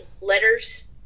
letters